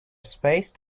spaced